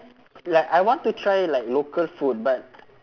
like I want to try like local food but